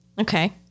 Okay